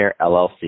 LLC